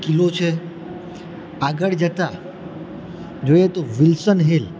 કિલ્લો છે આગળ જતા જોઈએ તો વિલસન હિલ